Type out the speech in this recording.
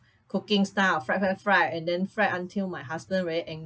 cooking style fried fried fried and then fried until my husband very angry